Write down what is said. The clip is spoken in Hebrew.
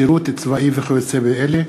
שירות צבאי וכיוצא באלה.